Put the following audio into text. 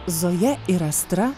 zoja ir astra